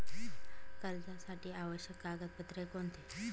कर्जासाठी आवश्यक कागदपत्रे कोणती?